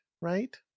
Right